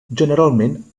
generalment